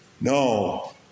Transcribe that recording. No